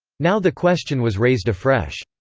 now the question was raised afresh.